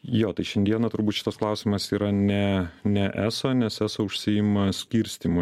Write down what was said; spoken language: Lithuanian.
jo tai šiandieną turbūt šitas klausimas yra ne ne eso nes eso užsiima skirstymu